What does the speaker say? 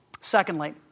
Secondly